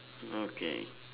okay